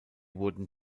wurden